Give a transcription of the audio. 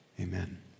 Amen